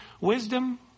wisdom